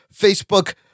Facebook